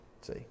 See